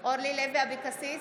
אורלי לוי אבקסיס,